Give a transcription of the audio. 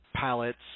pallets